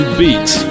beat